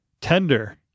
Tender